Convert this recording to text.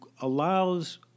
allows